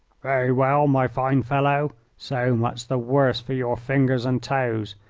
very well, my fine fellow, so much the worse for your fingers and toes.